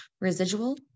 Residual